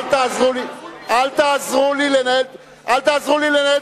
אל תעזרו לי לנהל את הישיבה,